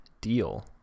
deal